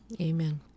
amen